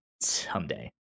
someday